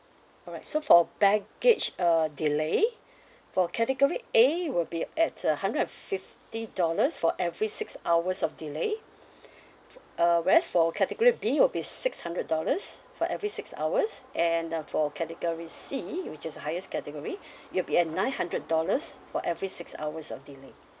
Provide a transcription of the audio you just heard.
alright so for baggage uh delay for category A will be at a hundred and fifty dollars for every six hours of delay f~ uh where as for category B will be six hundred dollars for every six hours and uh for category C which is uh highest category it will be at nine hundred dollars for every six hours of delay